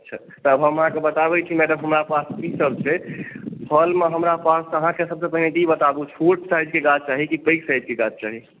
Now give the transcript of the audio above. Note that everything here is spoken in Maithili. तऽ हम अहाँकेँ बताबैत छी हमरा पास कीसभ छै फलमे हमरा पास अहाँकेँ सभसँ पहिने ई बताबू छोट साइज़के गाछ चाही पैघ साइज़के गाछ चाही